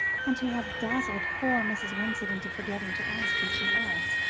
and to have dazzled poor mrs. winsett into forgetting to ask who she was.